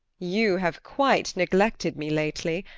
you have quite neglected me lately.